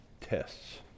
tests